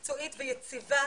מקצועית ויציבה